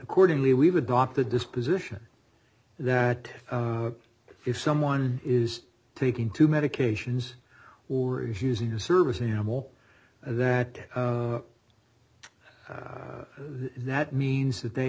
accordingly we've adopted this position that if someone is taking two medications or is using your service animal that that means that they